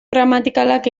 gramatikalak